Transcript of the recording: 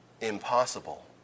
Impossible